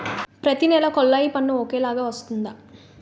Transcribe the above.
ప్రతి నెల కొల్లాయి పన్ను ఒకలాగే వస్తుందా?